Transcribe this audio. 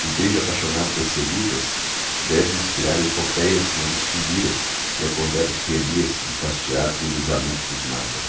o beijo apaixonado das celutas deve inspirar epopéias como a dos timbiras e acordar os renés enfastiados do desalento que os mata